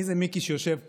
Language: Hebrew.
מי זה מיקי שיושב פה,